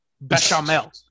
bechamel